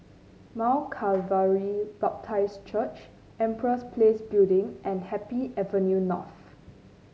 Mount Calvary Baptist Church Empress Place Building and Happy Avenue North